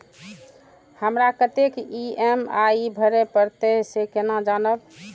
हमरा कतेक ई.एम.आई भरें परतें से केना जानब?